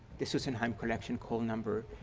this was and um collection call number.